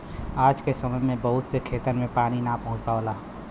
आज के समय में बहुत से खेतन में पानी ना पहुंच पावला